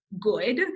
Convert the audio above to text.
good